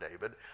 David